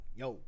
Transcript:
yo